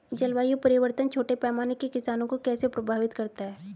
जलवायु परिवर्तन छोटे पैमाने के किसानों को कैसे प्रभावित करता है?